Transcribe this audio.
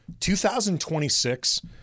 2026